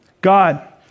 God